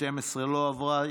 הסתייגות 11 לא עברה.